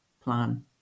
plan